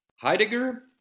Heidegger